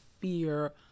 fear